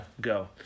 Go